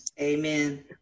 Amen